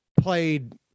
played